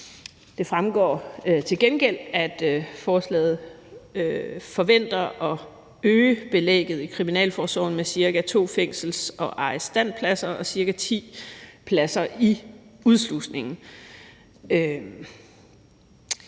Det fremgår til gengæld, at forslaget forventes at øge belægget i kriminalforsorgen med cirka to fængsels- og arrestpladser og cirka ti pladser i udslusningen.